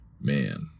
Man